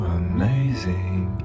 amazing